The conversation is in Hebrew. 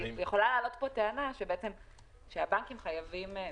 יכולה להעלות פה טענה שהבנקים חייבים...